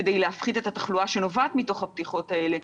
כדי להפחית את התחלואה שנובעת מתוך הפתיחות האלה,